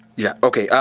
yeah okay,